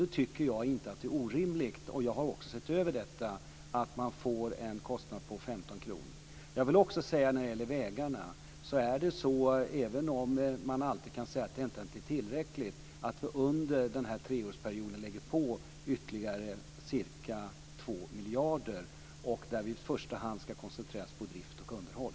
Då tycker jag inte att det är orimligt, och jag har också sett över detta, att man får en kostnad på 15 kr. När det gäller vägarna vill jag också säga - även om man alltid kan säga att det inte är tillräckligt - att vi under den här treårsperioden lägger på ytterligare ca 2 miljarder där vi i första hand ska koncentrera oss på drift och underhåll.